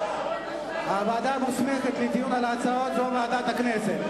הוועדה המוסמכת לדון בהצעה זו היא ועדת הכנסת.